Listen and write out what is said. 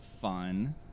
fun